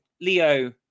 Leo